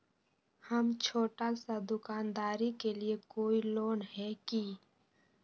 हम छोटा सा दुकानदारी के लिए कोई लोन है कि?